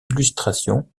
illustrations